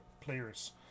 players